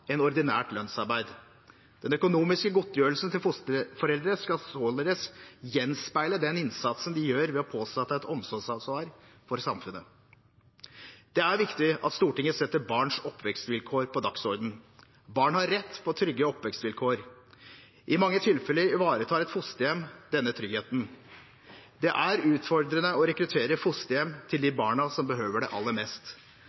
ordinært lønnsarbeid. Den økonomiske godtgjørelsen til fosterforeldre skal således gjenspeile den innsatsen de gjør ved å påta seg et omsorgsansvar for samfunnet. Det er viktig at Stortinget setter barns oppvekstvilkår på dagsordenen. Barn har rett på trygge oppvekstvilkår. I mange tilfeller ivaretar et fosterhjem denne tryggheten. Det er utfordrende å rekruttere fosterhjem til